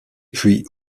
puis